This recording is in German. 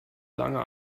lange